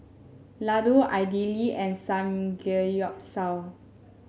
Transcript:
Ladoo Idili and Samgeyopsal